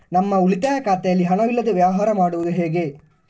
ನಮ್ಮ ಉಳಿತಾಯ ಖಾತೆಯಲ್ಲಿ ಹಣವಿಲ್ಲದೇ ವ್ಯವಹಾರ ಮಾಡುವುದು ಹೇಗೆ?